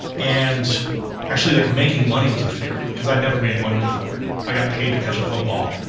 and actually like making money was a fear, cause i'd never made money before. i got paid to catch a football,